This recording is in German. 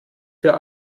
für